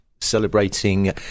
celebrating